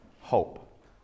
hope